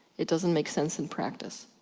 it doesn't make sense in practice.